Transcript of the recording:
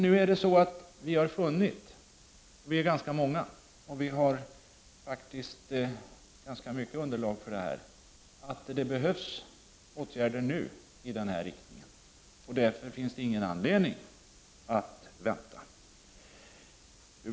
Nu har vi emellertid funnit — vi är ganska många, och vi har ganska mycket underlag för vår uppfattning — att det behövs åtgärder nu i den här riktningen och att det därför inte finns någon anledning att vänta.